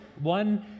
one